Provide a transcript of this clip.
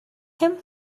him